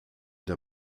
der